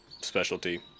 specialty